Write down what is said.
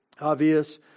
Obvious